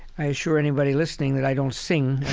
i assure anybody listening that i don't sing,